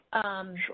Sure